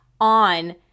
on